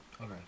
okay